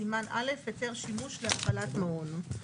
סימן א', היתר שימוש להפעלת מעון.